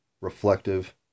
reflective